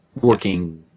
working